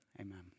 amen